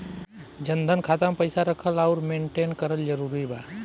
जनधन खाता मे पईसा रखल आउर मेंटेन करल जरूरी बा?